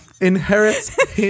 inherits